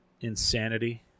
insanity